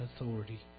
authority